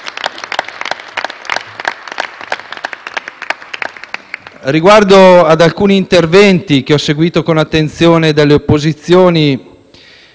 Riguardo ad alcuni interventi, che ho seguito con attenzione, di colleghi delle opposizioni,